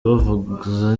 bavuza